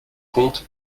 comptes